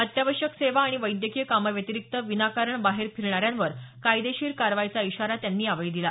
अत्यावश्यक सेवा आणि वैद्यकीय कामाव्यतिरिक्त विनाकारण बाहेर फिरणाऱ्यांवर कायदेशीर कारवाईचा इशारा त्यांनी यावेळी दिला